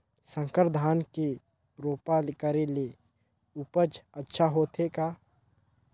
संकर धान के रोपा करे ले उपज अच्छा होथे का?